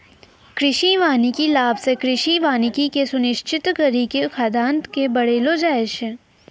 कृषि वानिकी लाभ से कृषि वानिकी के सुनिश्रित करी के खाद्यान्न के बड़ैलो जाय छै